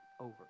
over